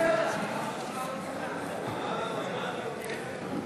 ביקשתי לשבת.